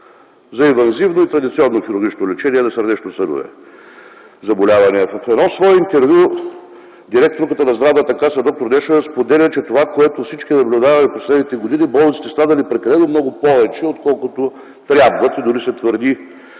за инвазивно и традиционно хирургично лечение на сърдечно-съдови заболявания. В свое интервю директорката на Здравната каса д-р Нешева споделя, че това, което всички наблюдаваме през последните години – болниците са станали прекалено много, отколкото трябват. Дори се твърди,